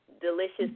delicious